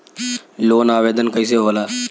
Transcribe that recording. Loan आवेदन कैसे होला?